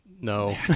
no